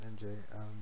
MJ